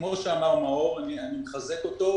כמו שאמר מאור אני מחזק אותו,